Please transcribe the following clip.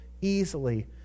easily